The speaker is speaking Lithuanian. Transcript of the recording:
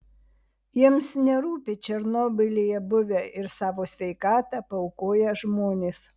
jiems nerūpi černobylyje buvę ir savo sveikatą paaukoję žmonės